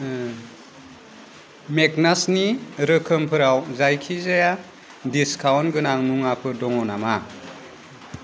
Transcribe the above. मेगनासनि रोखोमफोराव जायखिजाया डिसकाउन्ट गोनां मुवाफोर दङ नामा